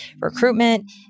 recruitment